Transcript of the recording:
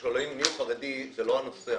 שואלים מי חרדי, אבל זה לא הנושא.